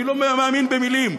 אני לא מאמין במילים.